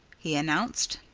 he announced.